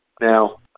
Now